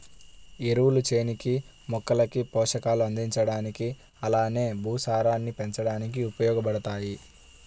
ఎరువులు చేనుకి, మొక్కలకి పోషకాలు అందించడానికి అలానే భూసారాన్ని పెంచడానికి ఉపయోగబడతాయి